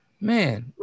Man